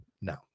No